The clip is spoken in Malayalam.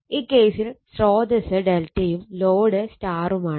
ഈ കേസിൽ സ്രോതസ്സ് ∆ യും ലോഡ് Y യുമാണ്